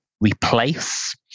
replace